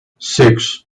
six